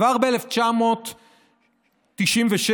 כבר ב-1997,